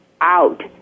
out